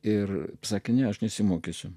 ir sakiniu aš nesimokysiu